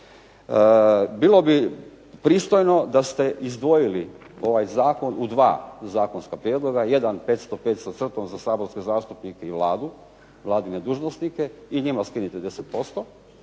Bilo bi pristojno da ste izdvojili ovaj zakon u dva zakonska prijedloga, jedan 505 sa crtom za saborske zastupnike i vladine dužnosnike i njima skinite 10%,